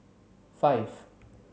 five